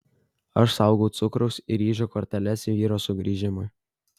aš saugau cukraus ir ryžių korteles vyro sugrįžimui